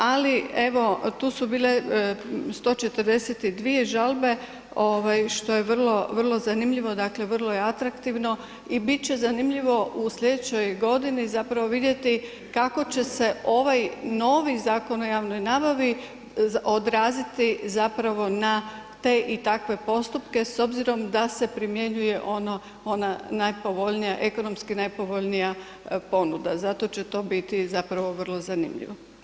Ali evo tu su bile 142 žalbe što je vrlo zanimljivo, dakle vrlo je atraktivno i biti će zanimljivo u sljedećoj godini zapravo vidjeti kako će se ovaj novi Zakon o javnoj nabavi odraziti zapravo na te i takve postupke s obzirom da se primjenjuje ona najpovoljnija, ekonomski najpovoljnija ponuda, zato će to biti zapravo vrlo zanimljivo.